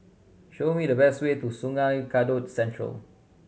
show me the best way to Sungei Kadut Central